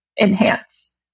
enhance